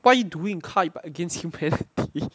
what are you doing cards against humanity